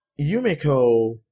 Yumiko